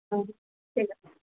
ঠিক আছে